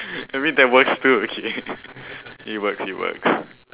I mean that works too okay it works it works